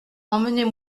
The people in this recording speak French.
emmenez